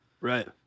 Right